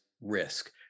risk